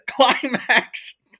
climax